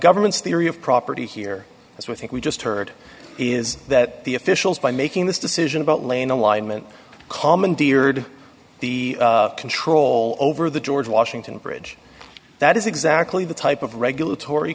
government's theory of property here as we think we just heard is that the officials by making this decision about lane alignment commandeered the control over the george washington bridge that is exactly the type of regulatory